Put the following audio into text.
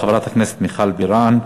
תודה רבה, חברת הכנסת מיכל בירן.